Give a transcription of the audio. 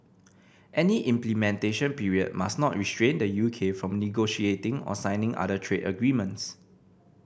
any implementation period must not restrain the U K from negotiating or signing other trade agreements